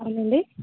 అవునండి